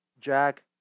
Jack